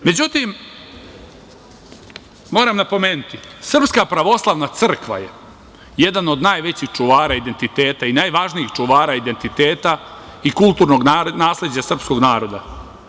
Međutim, moram napomenuti, SPC je jedan od najvećih čuvara identiteta i najvažnijih čuvara identiteta i kulturnog nasleđa srpskog nasleđa.